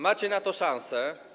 Macie na to szansę.